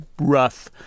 rough